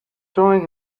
throwing